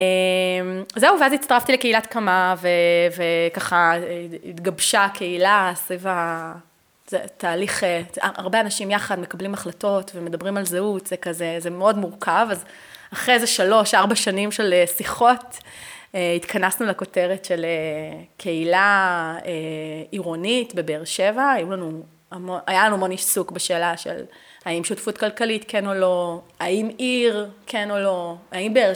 זהו ואז הצטרפתי לקהילת קמה וככה התגבשה קהילה סביב התהליך הרבה אנשים יחד מקבלים החלטות ומדברים על זהות זה כזה זה מאוד מורכב אז אחרי איזה שלוש ארבע שנים של שיחות התכנסנו לכותרת של קהילה עירונית בבאר שבע היו לנו היה לנו מון עיסוק בשאלה של האם שותפות כלכלית כן או לא האם עיר כן או לא האם